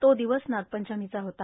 तो दिवस नागपंचमीचा होता